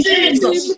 Jesus